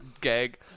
gag